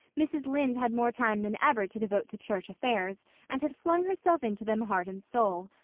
mrs. lynde had more time than ever to devote to church affairs and had flung herself into them heart and soul.